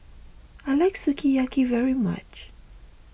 I like Sukiyaki very much